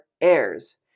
heirs